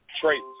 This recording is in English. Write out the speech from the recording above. traits